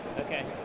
okay